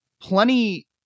plenty